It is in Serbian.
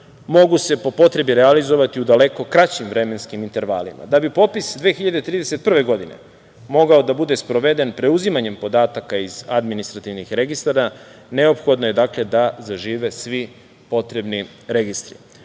mogu se po potrebi realizovati u daleko kraćim vremenskim intervalima. Da bi popis 2031. godine mogao da bude sproveden preuzimanjem podataka iz administrativnih registara neophodno je da zažive svi potrebni registri.